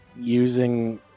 using